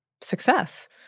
success